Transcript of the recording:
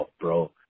bro